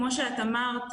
כמו שאת אמרת,